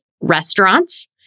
restaurants